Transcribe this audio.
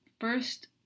first